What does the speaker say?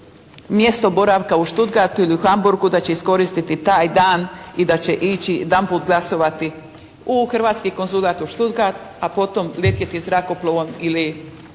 mjesto boravka u Stuttgartu ili u Hamburgu da će iskoristiti taj dan i da će ići jedanput glasovati u hrvatski konzulat u Stuttgartu a potom letjeti zrakoplovom ili